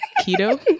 keto